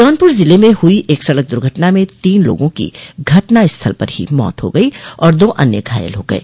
जौनपुर जिले में हुई एक सड़क दुर्घटना में तीन लोगों की घटना स्थल पर ही मौत हो गई और दो अन्य घायल हो गये